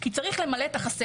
וזה רק כי צריך למלא את החסר,